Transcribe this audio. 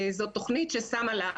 זאת תוכנית ששמה לה,